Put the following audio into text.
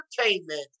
Entertainment